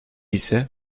ise